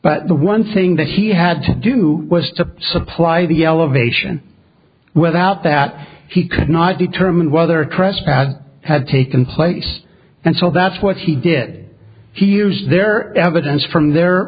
but the one thing that he had to do was to supply the elevation without that he could not determine whether a crash pad had taken place and so that's what he did here's their evidence from their